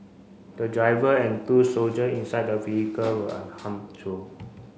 the driver and two soldier inside the vehicle were unharmed